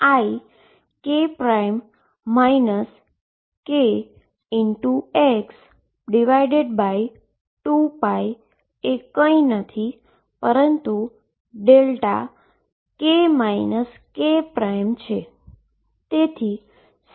તેથી ∞dxeik kx2πએ કંઈ નથી પરંતુ δk k છે